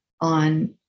on